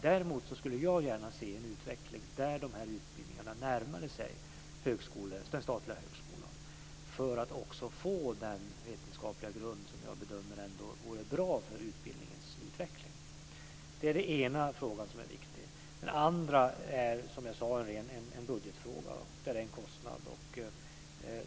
Däremot skulle jag gärna se en utveckling där de här utbildningarna närmade sig den statliga högskolan för att få den vetenskapliga grund som jag ändå bedömer vore bra för utbildningens utveckling. Det är den ena frågan som är viktig. Den andra är, som jag sade, en ren budgetfråga. Detta är en kostnad.